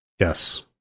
Yes